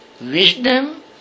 wisdom